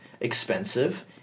expensive